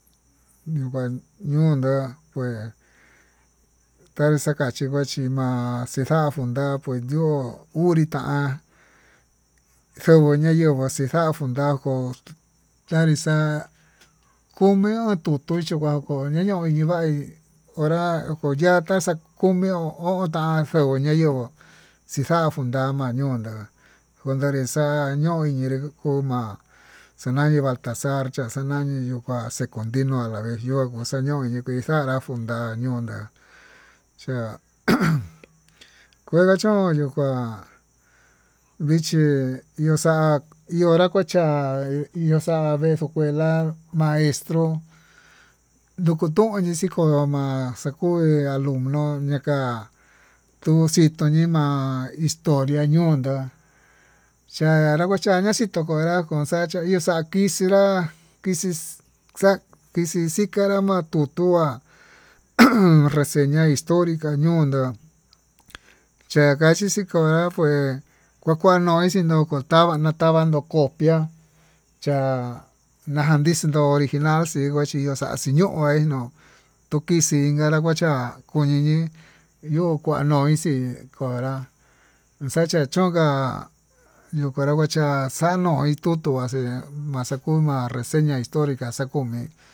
Niva'a ñundá nde tanixakachí chinchema'a xixa ngundo pues ño'o hunrí tan xanguo ña'a yenguo xixa njuntá, koo tanixa'a komia tutu chikua kuñii ñoo ñivaí hora koya'a taxa komió njotan yenguo nayenguó xixa funda mayonguó, njundarixa ñoí ñinré koma'a xa'a ñani baltazar xa'a ñani ñuu kua xekuntino taveño ixañoi ñonikinra funda ño'o ndá chá ujun, kuee kachón yuu kuá vichí iho xa'a kunra kua cha'á iyo'o xa'a kuechi escuela maestro yukotoni xikoma'a xakui alumno ya'a ká tuxii tuñii ma'a historia yondó cha'a ña kuachaña chikonro ñako'ó noxachia ixakixi nrá, kixii xa'a kixii xikanrá ma'a tutuá ujun reseña historia ñuu nduu chakaxi chikonrá kuer nakuanuxi nokotanguó anatavano copia cha'a na'a ndixino originañ china chiyo xaxhí ñoo nguenó, tuu kixii inkana kuachá konini yo'o kuañoixi he konra xa'a cha'a chonka ñuu kuanra kuacha xañoi ndiki tuu axe maxatuma reseña historica xakumí.